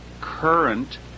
current